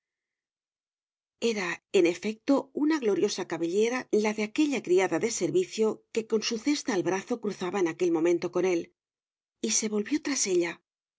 era en efecto una gloriosa cabellera la de aquella criada de servicio que con su cesta al brazo cruzaba en aquel momento con él y se volvió tras ella